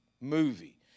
movie